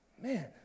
Man